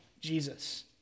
Jesus